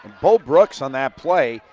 bo brooks on that play,